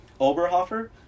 Oberhofer